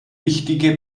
wichtige